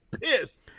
pissed